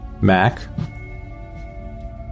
Mac